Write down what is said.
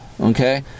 okay